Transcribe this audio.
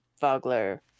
Vogler